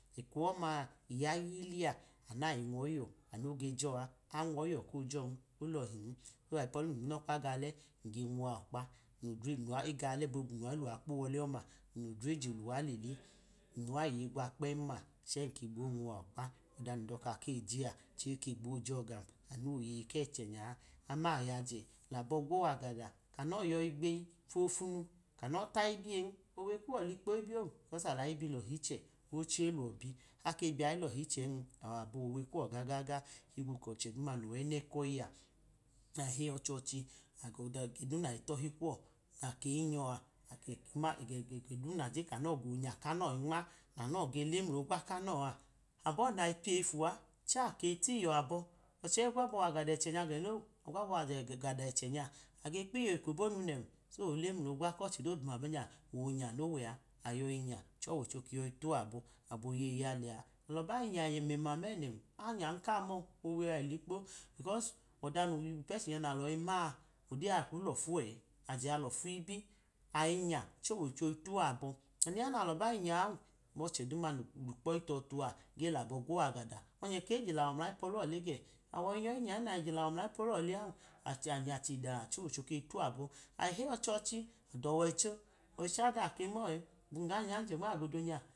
Eko ọma leyu yililia anu nai nwoyiyọ anuno ge jo a, anwọyiyọ kojọ olọhen. Aipọlum nminọkpa g ole nge nwuwa ọkpa, nodreluwa ega ọle bobu nega luwa kpowọle ọma nlodre je luwa elele n luwa iye gwa kpem-ma cẹ nke gbo nwuwa ọkpa, ọda num dọka kejea eke gbo jogam anu woyeyi kẹchẹ nya. Aman ayaje labọ gwowagada kano yoyi gbeyi fofunu, ano itayi biye owe kuwọ ligbo ibiyon ko̱s alayi bi lo̱hi iche, ochi eluwọ bi ake biyayi lohi ichen awọ aboyiyo̱ owe kuwo gaga ohigbo koche duuma nowẹnẹ koyi a na iheyi ọchọchi agọda ekọdu nayi tohi kuwọ ekodu nakeyi nyọ a, ake ma eko du na kema kẹbọ nano, ge lole ogwa kanọ inma abọ nayi piyeyi fu a ce ayi tiyo, abọ. Ọche igwabọ wagada ẹchẹ nya age kpiyọ eko bon nen, ole ogwa kọche dodu ba banya onya nowe, a, age nya ce ọwọicho keyoyi tuwa abọ aboyi yeyi a lẹ a. Alọ bai nya ẹmẹma mẹnẹn, amyan kamọ owe a ilikpo kos ọda noyipẹchẹ nya nalọ ima’a ode a kwu lofu ẹ ajẹ a lọfu ibi. Ayi nya ce ọwọicho tuwọ abọ anu ya nalọ bayi nya’an. Amọchẹ duma no kpoyi to̱tu ge labo gwo vagada, ọnye ke je lawọ mlayipolụọ le gẹ awọ ge nyọ jinya e. nayi je layi pọluọ le'an. Api anya chida kocho keyi tuwo abọ. Ale heyi ọchochi, dọwọichọ ocho ada ake mo̱ e abun ga nyanjẹ nmagoda nya.